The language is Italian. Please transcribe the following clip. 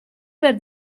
per